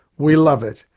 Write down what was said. we love it.